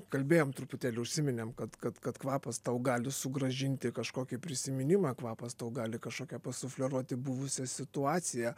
kalbėjom truputėlį užsiminėm kad kad kad kvapas tau gali sugrąžinti kažkokį prisiminimą kvapas tau gali kažkokią pasufleruoti buvusią situaciją